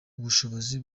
ubushobozi